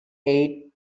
eight